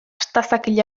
astazakil